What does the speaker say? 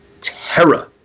terror